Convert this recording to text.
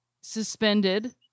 suspended